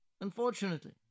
Unfortunately